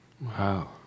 Wow